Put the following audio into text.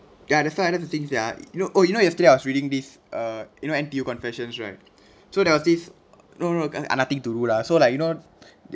ya the side of the things are you know oh you know yesterday I was reading this uh you know N_T_U confessions right so there was this no no I've nothing to do lah so like you know